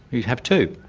you have two,